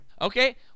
Okay